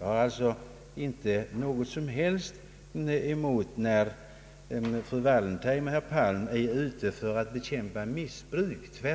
Jag har inte något emot att fru Wallentheim och herr Palm är ute för att bekämpa missbruk, utan